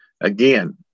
Again